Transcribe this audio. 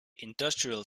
industrial